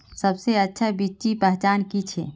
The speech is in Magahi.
सबसे अच्छा बिच्ची पहचान की छे?